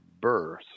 birth